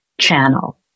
channel